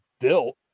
built